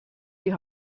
die